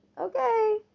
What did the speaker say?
Okay